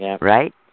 right